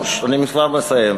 אני כבר מסיים.